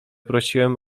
prosiłem